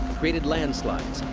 created landslides,